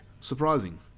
surprising